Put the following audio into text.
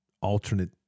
alternate